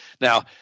Now –